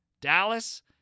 Dallas